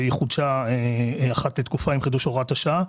והיא חודשה אחת לתקופה עם חידוש הוראת השעה.